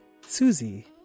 Susie